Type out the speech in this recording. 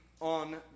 on